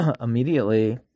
immediately